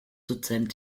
dozent